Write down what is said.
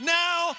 now